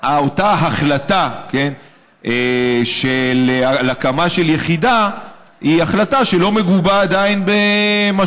אותה החלטה על הקמה של יחידה היא החלטה שעדיין לא מגובה במשאבים.